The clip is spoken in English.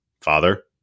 Father